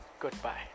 Goodbye